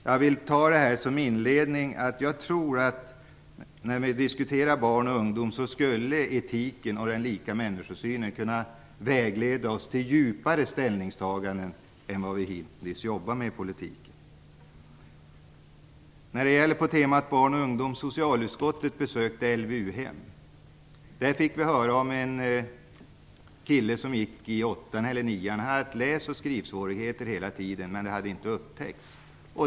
Jag tror att etiken och synen på människors lika värde - när vi diskuterar barn och ungdomar - skulle kunna vägleda oss till djupare ställningstaganden i politiken än hittills. Socialutskottet har besökt ett LVU-hem. Där fick vi höra om en kille som gick i åttan eller nian. Han hade haft läs och skrivsvårigheter hela tiden, men det hade inte upptäckts.